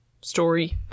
story